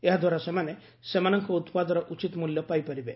ଏହାଦ୍ୱାରା ସେମାନେ ସେମାନଙ୍କ ଉତ୍ପାଦର ଉଚିତ୍ ମୂଲ୍ୟ ପାଇପାରିବେ